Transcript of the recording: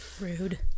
Rude